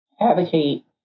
advocate